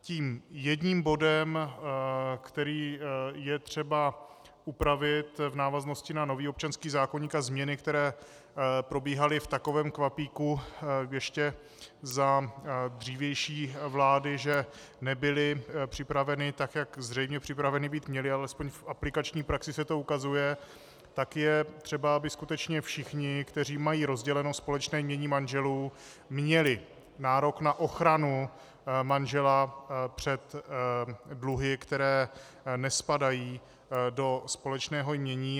Tím jedním bodem, který je třeba upravit v návaznosti na nový občanský zákoník a změny, které probíhaly v takovém kvapíku ještě za dřívější vlády, že nebyly připraveny tak, jak zřejmě připraveny být měly, alespoň v aplikační praxi se to ukazuje, je třeba, aby skutečně všichni, kteří mají rozděleno společné jmění manželů, měli nárok na ochranu manžela před dluhy, které nespadají do společného jmění.